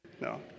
No